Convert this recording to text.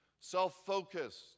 self-focused